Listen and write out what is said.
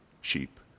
sheep